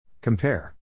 Compare